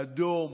אדום,